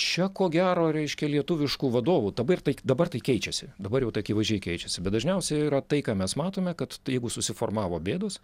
čia ko gero reiškia lietuviškų vadovų dabar ir tai dabar tai keičiasi dabar jau tai akivaizdžiai keičiasi bet dažniausiai yra tai ką mes matome kad tai jeigu susiformavo bėdos